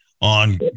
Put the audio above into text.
on